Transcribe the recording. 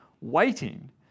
waiting